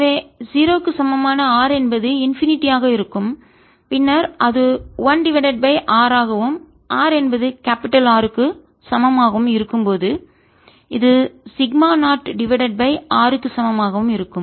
எனவே 0 க்கு சமமான r என்பது இன்பினிட்டிமுடிவிலியாக ஆக இருக்கும் பின்னர் அது 1 டிவைடட் பை R ஆகவும் r என்பது கேபிடல் R க்கு சமம் ஆக இருக்கும் போது இது சிக்மா 0 டிவைடட் பை r க்கு சமமாகவும் இருக்கும்